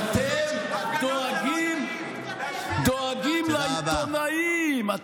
אבל אתם דואגים לעיתונאים.